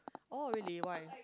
oh really why